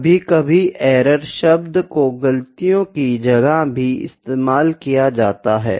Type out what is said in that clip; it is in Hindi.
कभी कभी एरर शब्द को गलतियों की जगह भी इस्तेमाल किया जाता है